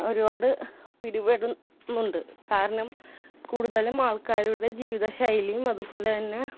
ഒരുപാട് പിടിപെടുന്നുണ്ട് കാരണം കൂടുതലും ആൾക്കാരുടെ ജീവിത ശൈലിയും അതുപോലെ തന്നെ